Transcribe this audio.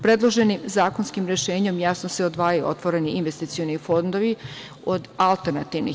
Predloženim zakonskim rešenjem jasno se odvajaju otvoreni investicioni fondovi od alternativnih.